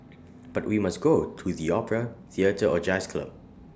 but we must go to the opera theatre or jazz club